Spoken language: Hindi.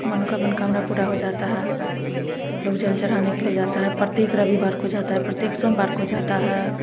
मन का मनोकामना पूरा हो जाता है लोग जल चढ़ाने के लिए जाता है प्रत्येक रविवार को जाता है प्रत्येक सोमवार को जाता है